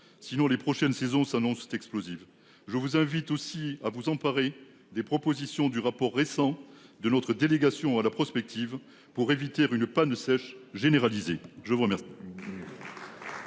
Sinon les prochaines saisons s'annonce explosive. Je vous invite aussi à vous emparer des propositions du rapport récent de notre délégation à la prospective pour éviter une panne sèche généralisée. Je vous remercie.